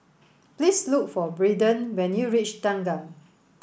please look for Braeden when you reach Thanggam